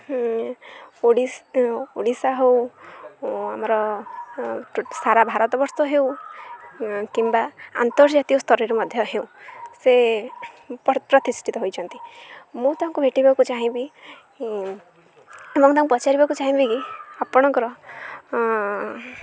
ଓଡ଼ିଶା ହଉ ଆମର ସାରା ଭାରତବର୍ଷ ହେଉ କିମ୍ବା ଆନ୍ତର୍ଜାତୀୟ ସ୍ତରରେ ମଧ୍ୟ ହେଉ ସେ ପ୍ରତିଷ୍ଠିତ ହୋଇଛନ୍ତି ମୁଁ ତାଙ୍କୁ ଭେଟିବାକୁ ଚାହିଁବି ଏବଂ ତାଙ୍କୁ ପଚାରିବାକୁ ଚାହିଁବି କି ଆପଣଙ୍କର